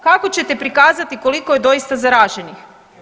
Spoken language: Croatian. Kako ćete prikazati koliko je doista zaraženih?